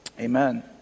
Amen